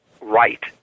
right